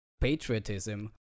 patriotism